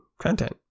content